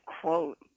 quote